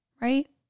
Right